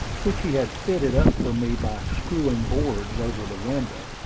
which he had fitted up for me by screwing boards over the window.